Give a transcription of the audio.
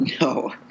No